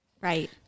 Right